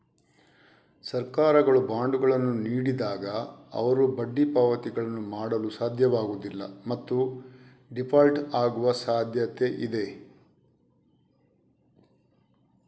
ಸರ್ಕಾರಗಳು ಬಾಂಡುಗಳನ್ನು ನೀಡಿದಾಗ, ಅವರು ಬಡ್ಡಿ ಪಾವತಿಗಳನ್ನು ಮಾಡಲು ಸಾಧ್ಯವಾಗುವುದಿಲ್ಲ ಮತ್ತು ಡೀಫಾಲ್ಟ್ ಆಗುವ ಸಾಧ್ಯತೆಯಿದೆ